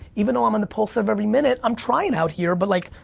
even though, i'm on the pulse of every minute. i'm trying out here, but like,